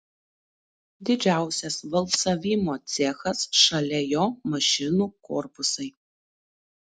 didžiausias valcavimo cechas šalia jo mašinų korpusai